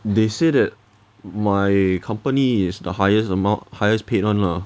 they said it my company is the highest amount highest paid [one] lah